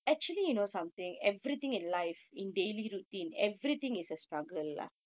true